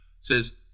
says